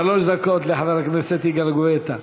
שלוש דקות לחבר הכנסת יגאל גואטה.